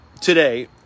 today